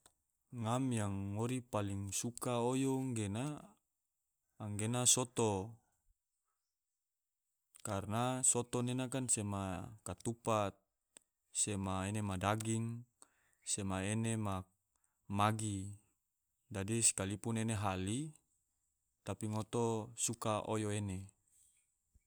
Ngam yang ngori palig suka oyo gena, anggena soto, karna soto gena kan sema katupa, sema ene ma daging, sema ene ma magi. dadi sekalipun ene hali tapi ngoto suka oyo ene